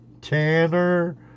Tanner